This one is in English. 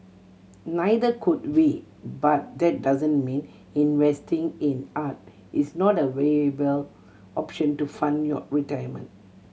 neither could we but that doesn't mean investing in art is not a viable option to fund your retirement